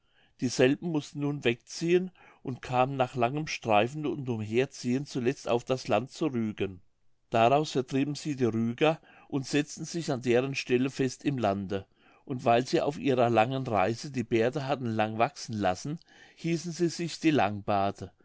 dieselben mußten nun wegziehen und kamen nach langem streifen und umherziehen zuletzt auf das land zu rügen daraus vertrieben sie die rüger und setzten sich an deren stelle fest im lande und weil sie auf ihrer langen reise die bärte hatten lang wachsen lassen hießen sie sich die langbarte